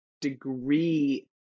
degree